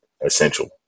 essential